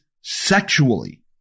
sexually